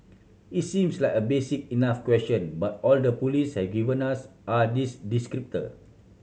it seems like a basic enough question but all the police have given us are these descriptors